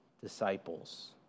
disciples